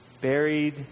Buried